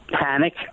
panic